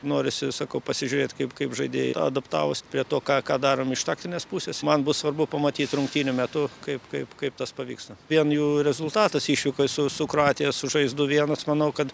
norisi sakau pasižiūrėt kaip kaip žaidėjai adaptavosi prie to ką ką darom iš taktinės pusės man bus svarbu pamatyt rungtynių metu kaip kaip kaip tas pavyksta vien jų rezultatas išvykoj su su kroatija sužaist du vienas manau kad